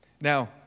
Now